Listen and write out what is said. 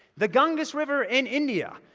the ganges river in india.